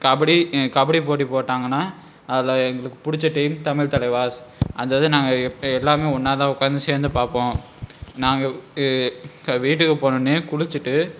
கபடி கபடி போட்டி போட்டாங்கன்னா அதில் எங்களுக்கு பிடிச்ச டீம் தமிழ் தலைவாஸ் அந்த இதை நாங்கள் எல்லோருமே ஒன்றா தான் உட்காந்து சேர்ந்து பார்ப்போம் நாங்கள் வீட்டுக்கு போனோன்னே குளிச்சுட்டு